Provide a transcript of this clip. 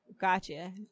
gotcha